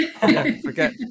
Forget